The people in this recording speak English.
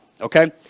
Okay